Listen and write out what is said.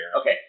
Okay